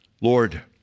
Lord